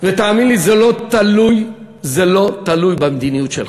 ותאמין לי, זה לא תלוי, זה לא תלוי במדיניות שלך,